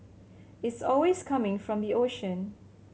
it's always coming from the ocean